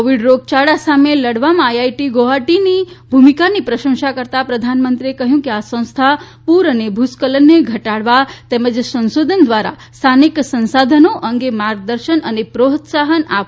Covid રોગયાળો સામે લડવામાં આઈઆઈટી ગુવાહાટીની ભૂમિકાની પ્રશંસા કરતાં પ્રધાનમંત્રીએ કહ્યું કે આ સંસ્થા પૂર અને ભૂસ્ખલનને ઘટાડવા તેમ સંશોધન દ્વારા સ્થાનિક સંસાધનો અંગે માર્ગદર્શન અને પ્રોત્સાહન આપવામાં મદદ કરશે